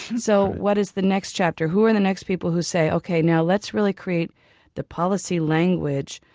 so what is the next chapter, who are the next people who say, ok now let's really create the policy language,